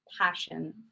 passion